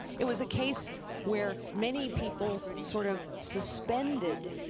it was a case where many people sort of suspended